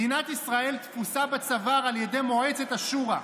מדינת ישראל תפוסה בצוואר על ידי מועצת השורא.